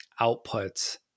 outputs